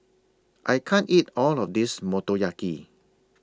I can't eat All of This Motoyaki